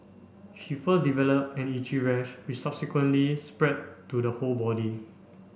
she first developed an itchy rash which subsequently spread to the whole body